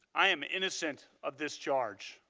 i am innocent of this charge.